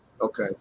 Okay